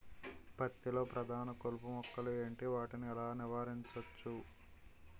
పత్తి లో ప్రధాన కలుపు మొక్కలు ఎంటి? వాటిని ఎలా నీవారించచ్చు?